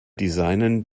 designen